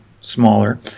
smaller